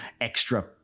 extra